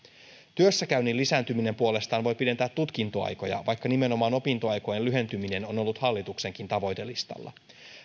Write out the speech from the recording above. työssäkäynnin lisääntyminen puolestaan voi pidentää tutkintoaikoja vaikka nimenomaan opintoaikojen lyhentyminen on ollut hallituksenkin tavoitelistalla